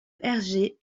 hergé